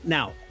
Now